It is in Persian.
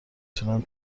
تونم